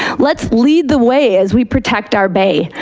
let's lead the way as we protect our bay.